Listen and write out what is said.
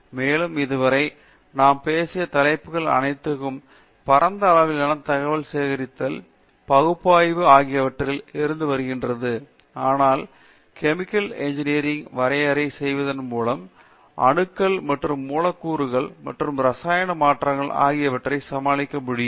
மேலும் இதுவரை நாம் பேசிய தலைப்புகள் அனைத்தையும் பரந்த அளவிலான தகவல் சேகரித்தல் பகுப்பாய்வு ஆகியவற்றில் இருந்து வந்திருக்கின்றன ஆனால் கெமிக்கல் இன்ஜினியர வரையறை செய்வதன் மூலம் அணுக்கள் மற்றும் மூலக்கூறுகள் மற்றும் இரசாயன மாற்றங்கள் ஆகியவற்றைச் சமாளிக்க முடியும்